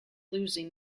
losing